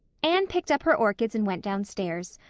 anne picked up her orchids and went downstairs,